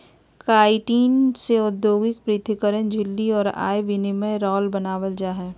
chitin से औद्योगिक पृथक्करण झिल्ली और आयन विनिमय राल बनाबल जा हइ